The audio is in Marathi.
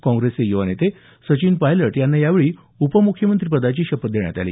काँग्रेसचे युवा नेते सचिन पायलट यांना यावेळी उपमुख्यमंत्रिपदाची शपथ देण्यात आली